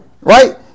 Right